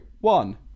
one